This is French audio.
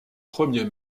premiers